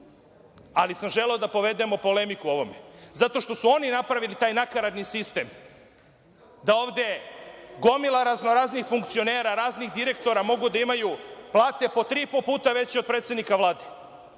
Želeo sam da povedemo polemiku o ovome, zato što su oni napravili taj nakaradni sistem da ovde gomila razno-raznih funkcionera, raznih direktora, mogu da imaju plate po tri i po puta veće od predsednika Vlade.